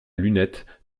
lunettes